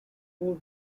four